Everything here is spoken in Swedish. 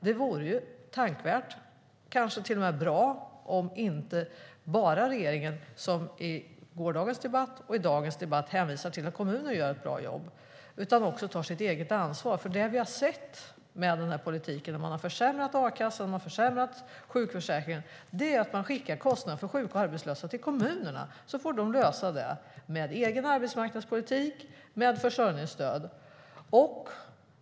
Det vore tänkvärt, och kanske till och med bra, om regeringen inte bara som i gårdagens och dagens debatt hänvisar till att kommunerna gör ett bra jobb utan också tar sitt eget ansvar. Det vi har sett med denna politik där man har försämrat a-kassan och sjukförsäkringen är att man skickar kostnaden för sjuka och arbetslösa till kommunerna, och sedan får de lösa det med egen arbetsmarknadspolitik och med försörjningsstöd.